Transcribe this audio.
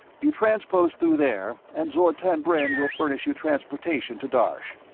you transpose through there, and zortan brend will furnish you transportation to darsh.